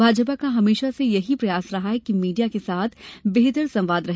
भाजपा का हमेशा से यही प्रयास रहा है कि मीडिया के साथ बेहतर संवाद रहे